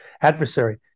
adversary